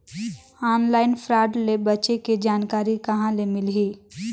Online fraud ले बचे के जानकारी कहां ले मिलही?